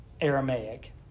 Aramaic